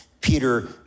Peter